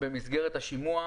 במסגרת השימוע,